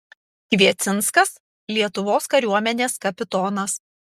kviecinskas lietuvos kariuomenės kapitonas